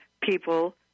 people